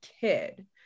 kid